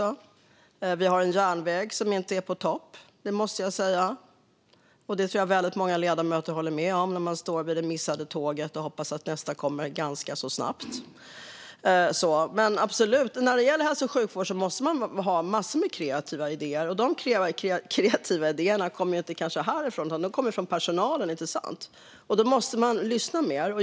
Vi har en järnväg som inte är på topp - det tror jag att väldigt många ledamöter håller med om. Man står och har missat tåget och hoppas att nästa kommer ganska snabbt. Men när det gäller hälso och sjukvård måste man absolut ha massor av kreativa idéer. Och de kreativa idéerna kommer kanske inte härifrån utan från personalen. Då måste man lyssna mer.